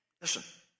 Listen